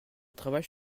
travaille